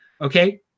Okay